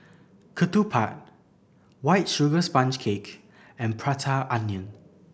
ketupat White Sugar Sponge Cake and Prata Onion